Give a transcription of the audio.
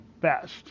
best